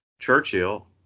Churchill